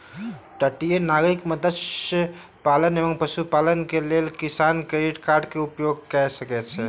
तटीय नागरिक मत्स्य पालन एवं पशुपालनक लेल किसान क्रेडिट कार्डक उपयोग कय सकै छै